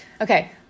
Okay